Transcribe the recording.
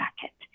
jacket